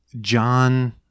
John